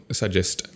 suggest